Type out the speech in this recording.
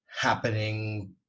happening